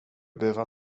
behöva